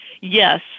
yes